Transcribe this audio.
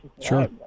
Sure